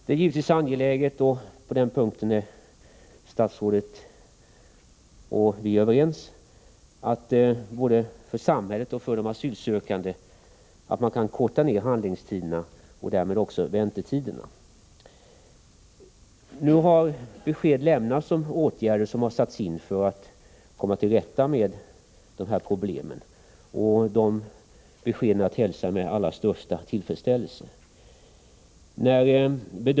Det är givetvis angeläget, på den punkten är statsrådet och vi överens, både för samhället och för de asylsökande att man kan korta ner handläggningstiderna och därmed också väntetiderna. Nu har besked lämnats om åtgärder som har vidtagits för att komma till rätta med de här problemen, och de beskeden är att hälsa med allra största tillfredsställelse.